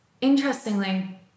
interestingly